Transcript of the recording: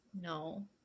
No